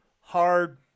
hard